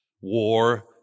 war